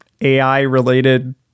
AI-related